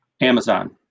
Amazon